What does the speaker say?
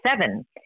seven